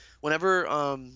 whenever –